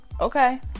Okay